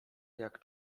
jak